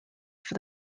for